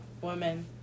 women